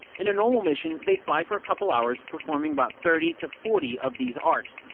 in a normal mission, they'll fly for a couple hours, performing about thirty to forty of these arcs.